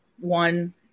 one